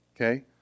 Okay